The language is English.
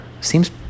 seems